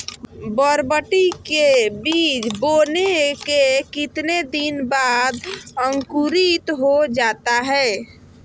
बरबटी के बीज बोने के कितने दिन बाद अंकुरित हो जाता है?